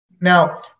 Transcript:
Now